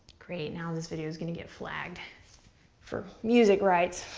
great, now this video's gonna get flagged for music rights.